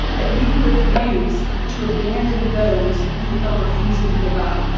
that you refuse to abandon those who are refusing to give up.